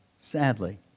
sadly